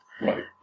Right